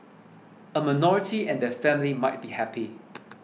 a minority and their family might be happy